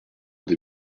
des